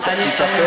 תתאפק,